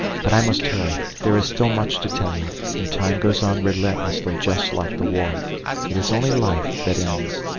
but i must hurry, there is still much to tell you, and time goes on relentlessly just like the war it is only life that ends.